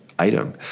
Item